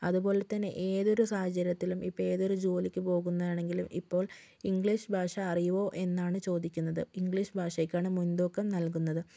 അതുപോലെത്തന്നെ ഏതൊരു സാഹചര്യത്തിലും ഇപ്പൊൾ ഏതൊരു ജോലിക്ക് പോകുന്നതാണെങ്കിലും ഇപ്പോൾ ഇംഗ്ലീഷ് ഭാഷ അറിയുമോ എന്നാണ് ചോദിക്കുന്നത് ഇംഗ്ലീഷ് ഭാഷക്കാണ് മുൻതൂക്കം നല്കുന്നത്